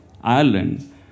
Ireland